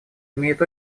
имеют